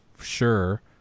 sure